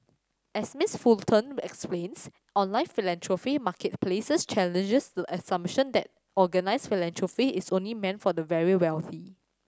as Miss Fulton explains online philanthropy marketplaces challenge the assumption that organised philanthropy is only meant for the very wealthy